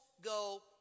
go